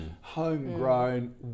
homegrown